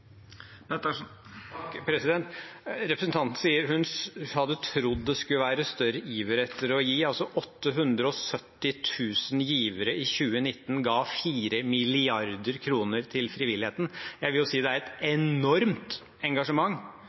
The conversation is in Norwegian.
Representanten sier at hun hadde trodd det skulle være en større iver etter å gi. Altså: 870 000 givere i 2019 ga 4 mrd. kr til frivilligheten! Jeg vil jo si at det er et enormt engasjement,